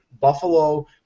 Buffalo –